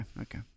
Okay